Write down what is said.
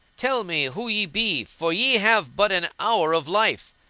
tell me who ye be, for ye have but an hour of life